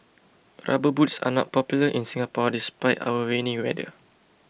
rubber boots are not popular in Singapore despite our rainy weather